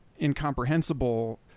incomprehensible